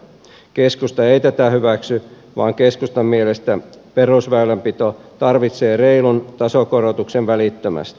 keskusta ei tätä hyväksy vaan keskustan mielestä perusväylänpito tarvitsee reilun tasokorotuksen välittömästi